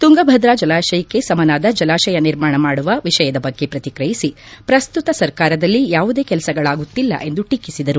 ತುಂಗಭದ್ರಾ ಜಲಾಶಯಕ್ಷೆ ಸಮನಾದ ಜಲಾಶಯ ನಿರ್ಮಾಣ ಮಾಡುವ ವಿಷಯದ ಬಗ್ಗೆ ಶ್ರತಿಕ್ರಿಯಿಸಿ ಪ್ರಸ್ತುತ ಸರ್ಕಾರದಲ್ಲಿ ಯಾವುದೇ ಕೆಲಸಗಳಾಗುತ್ತಿಲ್ಲ ಎಂದು ಟೀಕಿಸಿದರು